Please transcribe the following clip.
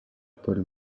paul